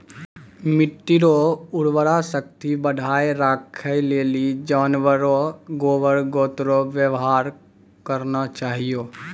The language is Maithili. मिट्टी रो उर्वरा शक्ति बढ़ाएं राखै लेली जानवर रो गोबर गोत रो वेवहार करना चाहियो